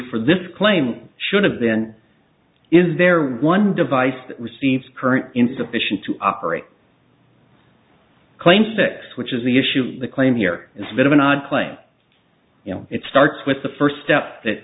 for this claim should have been is there one device that receives current in sufficient to operate claim six which is the issue the claim here is a bit of an odd claim you know it starts with the first step that